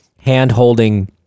hand-holding